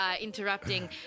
interrupting